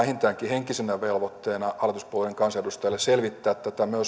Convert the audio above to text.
henkisenä velvoitteena hallituspuolueiden kansanedustajille selvittää tätä myös